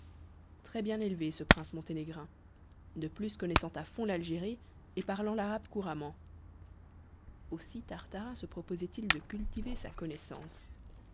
très bien élevé ce prince monténégrin de plus connaissant à fond l'algérie et parlant l'arabe couramment aussi tartarin se proposait il de cultiver sa connaissance